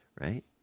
Right